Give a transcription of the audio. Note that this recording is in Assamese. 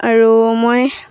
আৰু মই